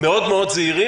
מאוד מאוד זהירים,